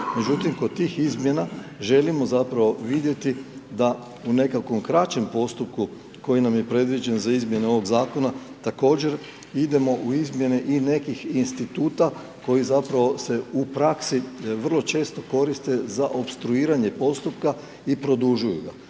Međutim, kod tih izmjena želimo zapravo vidjeti da u nekakvom krećem postupku koji nam je predviđen za izmijene ovog zakona, također idemo u izmjena i nekih instituta, koji zapravo se u praksi, vrlo često koriste za opstruiranje postupka i produžuju ga.